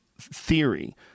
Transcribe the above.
theory